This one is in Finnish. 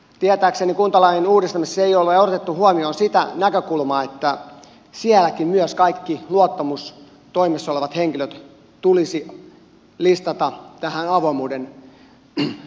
tietääkseni kuntalain uudistamisessa ei ole otettu huomioon sitä näkökulmaa että sielläkin myös kaikki luottamustoimissa olevat henkilöt tulisi listata tähän avoimuuden listaan